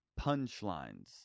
punchlines